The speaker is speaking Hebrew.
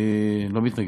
אני לא מתנגד.